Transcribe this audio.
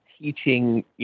teaching